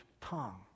tongue